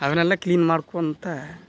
ಅವನ್ನೆಲ್ಲ ಕ್ಲೀನ್ ಮಾಡ್ಕೊತ